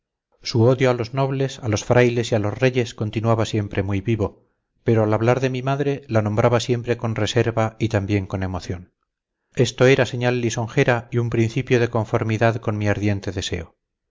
su odio a los nobles a los frailes y a los reyes continuaba siempre muy vivo pero al hablar de mi madre la nombraba siempre con reserva y también con emoción esto era señal lisonjera y un principio de conformidad con mi ardiente deseo